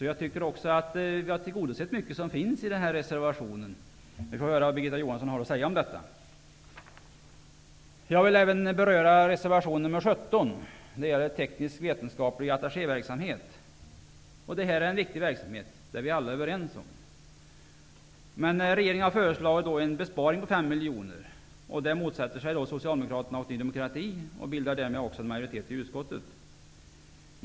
Jag tycker att vi har tillgodosett mycket av det som tas upp i reservationen. Vi får höra vad Birgitta Johansson har att säga om detta. Jag vill även beröra reservation nr 17 om tekniskvetenskaplig attachéverksamhet. Detta är en viktig verksamhet. Det är vi alla överens om. Regeringen har föreslagit en besparing på 5 miljoner. Detta motsätter sig Socialdemokraterna och Ny demokrati och bildar därmed majoritet i utskottet.